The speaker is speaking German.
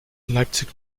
leipzig